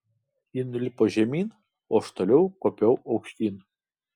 ji nulipo žemyn o aš toliau kopiau aukštyn